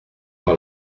dans